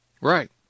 Right